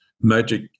magic